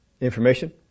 information